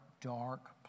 dark